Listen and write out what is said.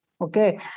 okay